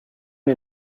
den